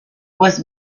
was